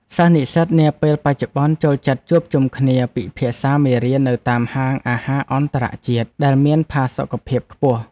សិស្សនិស្សិតនាពេលបច្ចុប្បន្នចូលចិត្តជួបជុំគ្នាពិភាក្សាមេរៀននៅតាមហាងអាហារអន្តរជាតិដែលមានផាសុកភាពខ្ពស់។